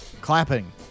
clapping